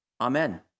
Amen